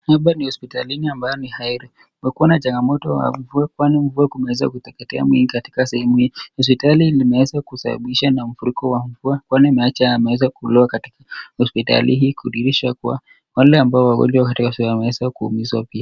Hapa ni hosipitalini ambayo ni Aheri kumekuwa na changamoto ya mvua kwani mvua imeweza kuteketea mingi katika sehemu hii. Hosipitali imeweza kuharibika kulingana na mafuriko ya mvua kwani imeacha yameweza kuloa katika hosipitali hii kudhirisha kuwa, wale ambao wagonjwa katika sehemu hii wameweza kuumizwa pia.